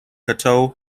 regional